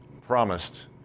promised